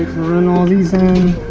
run all these in